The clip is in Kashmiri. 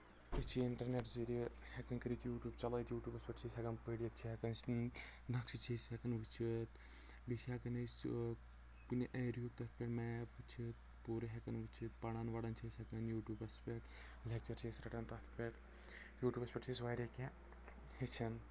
أسۍ چھِ اِنٹرنیٚٹ ذٔریعہِ ہٮ۪کان کٔرِتھ یوٗٹوٗب چلایتھ یوٗٹوٗبس پٮ۪ٹھ چھِ ہٮ۪کان أسۍ پٔرِتھ چھِ نَقشہِ تہِ چھِ أسۍ ہٮ۪کان وٕچھِتھ بیٚیہِ چھِ ہٮ۪کان أسۍ کُنہِ ایریُک تَتھ پٮ۪ٹھ میپ چھِ پوٗرٕ ہٮ۪کان وٕچھِتھ پَران وَران چھِ أسۍ ہٮ۪کان یوٗٹوٗبس پٮ۪ٹھ لیٚکچر چھِ رَٹان تتھ پٮ۪ٹھ یوٗٹوٗبس پٮ۪ٹھ چھِ أسۍ واریاہ کیٚنٛہہ ہٮ۪چھان